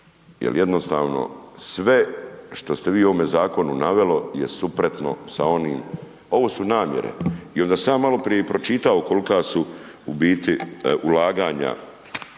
jer jednostavno sve što ste vi u ovome zakonu navelo je suprotno sa onim, ovo su namjere i onda sam ja maloprije i pročitao kolka su u biti ulaganja